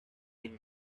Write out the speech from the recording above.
been